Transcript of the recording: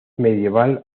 medial